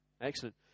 Excellent